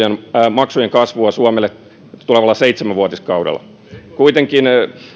maksujen kasvua suomelle tulevalla seitsemänvuotiskaudella kuitenkin